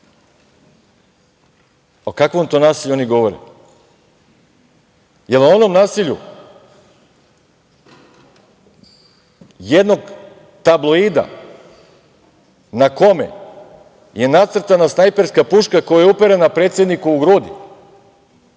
kakvom to nasilju oni govore? Jel o onom nasilju jednog tabloida na kome je nacrtana snajperska puška koja je uperena predsedniku u grudi?